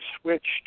switched